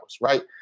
right